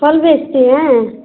फल बेचती हैं